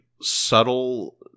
subtle